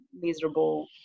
miserable